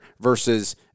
versus